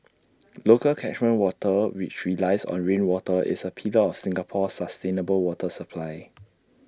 local catchment water which relies on rainwater is A pillar of Singapore's sustainable water supply